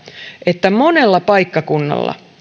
että monella paikkakunnalla